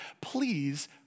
please